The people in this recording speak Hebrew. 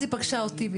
בבקשה.